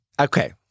Okay